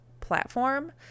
platform